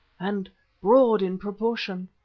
and broad in proportion.